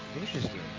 Interesting